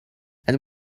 and